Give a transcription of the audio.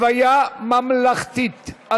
השר לשירותי דת